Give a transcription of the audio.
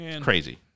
Crazy